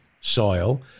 soil